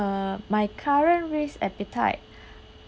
uh my current risk appetite